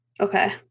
Okay